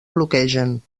bloquegen